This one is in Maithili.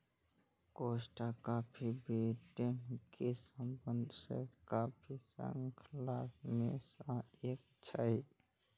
कोस्टा कॉफी ब्रिटेन के सबसं पैघ कॉफी शृंखला मे सं एक छियै